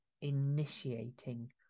initiating